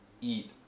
eat